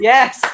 Yes